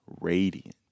radiant